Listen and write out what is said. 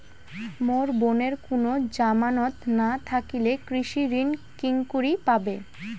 মোর বোনের কুনো জামানত না থাকিলে কৃষি ঋণ কেঙকরি পাবে?